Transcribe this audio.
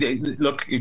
Look